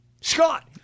Scott